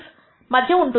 96 దా మధ్య ఉంటుంది